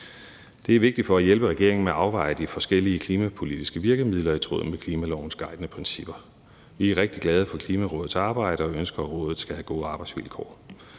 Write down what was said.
Det er vigtigt for at hjælpe regeringen med at afveje de forskellige klimapolitiske virkemidler i tråd med klimalovens guidende principper. Vi er rigtig glade for Klimarådets arbejde og ønsker, at rådet skal have gode arbejdsvilkår.